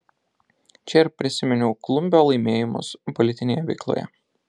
čia ir prisiminiau klumbio laimėjimus politinėje veikloje